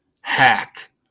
hack